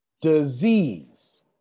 disease